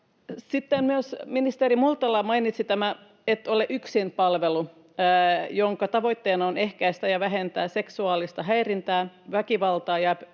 ministeri Multala mainitsi tämän Et ole yksin -palvelun, jonka tavoitteena on ehkäistä ja vähentää seksuaalista häirintää, väkivaltaa